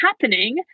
happening